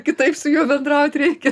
kitaip su juo bendraut reikia